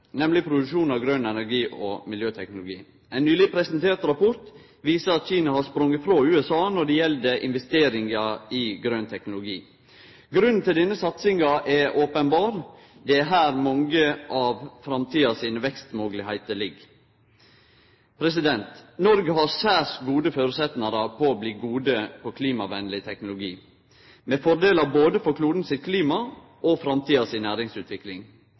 nemleg produksjon av grøn energi og miljøteknologi. Ein nyleg presentert rapport viser at Kina har sprunge frå USA når det gjeld investeringar i grøn teknologi. Grunnen til denne satsinga er openberr; det er her mange av framtidas vekstmoglegheiter ligg. Noreg har særs gode føresetnader for å bli gode på klimavennleg teknologi, med fordelar både for klimaet på kloden og næringsutviklinga i framtida.